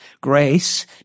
grace